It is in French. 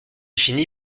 fini